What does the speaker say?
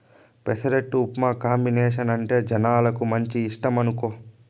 పెసరట్టు ఉప్మా కాంబినేసనంటే జనాలకు మంచి ఇష్టమనుకో